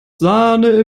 sahne